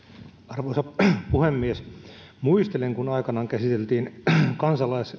arvoisa puhemies muistelen kun aikanaan käsiteltiin kansalais